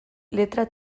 letra